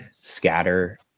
scatter